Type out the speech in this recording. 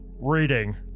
reading